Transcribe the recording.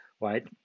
right